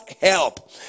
help